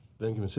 thank you, mr.